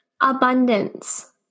Abundance